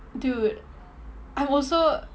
dude I'm also